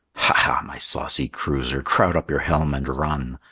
ha, ha, my saucy cruiser, crowd up your helm and run!